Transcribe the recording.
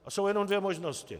A jsou jenom dvě možnosti.